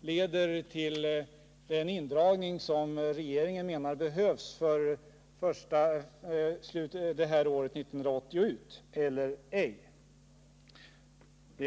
leder till den indragning som regeringen menar behövs för det här året ut eller ej.